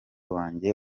wanjye